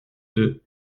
deux